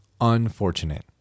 unfortunate